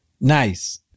nice